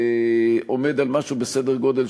כוונת סרק,